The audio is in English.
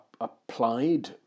applied